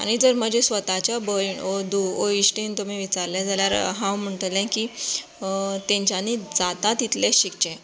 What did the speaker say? आनी जर म्हाज्या स्वताच्या भयण ओ धुव ओ इश्टीण तुमी विचारल्ले जाल्यार हांव म्हणटलें की तांच्यानी जाता तितलें शिकचें